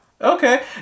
Okay